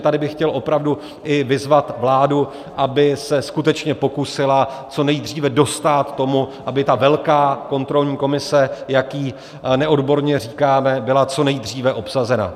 Takže tady bych chtěl opravdu i vyzvat vládu, aby se skutečně pokusila co nejdříve dostát tomu, aby ta velká kontrolní komise, jak jí neodborně říkáme, byla co nejdříve obsazena.